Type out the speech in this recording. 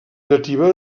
nativa